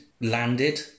landed